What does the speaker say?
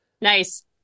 Nice